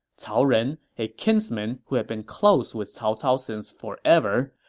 cao ren, a kinsman who had been close with cao cao since forever,